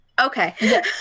Okay